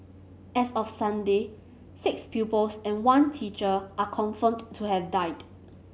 as of Sunday six pupils and one teacher are confirmed to have died